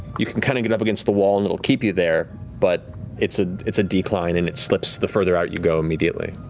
you can kind of get up against the wall and it'll keep you there, but it's ah it's a decline and it slips the further out you go immediately.